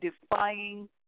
defying